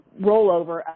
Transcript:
rollover